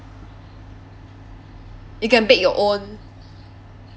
you can bake your own